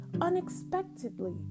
unexpectedly